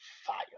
fire